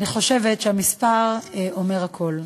אני חושבת שהמספר אומר הכול.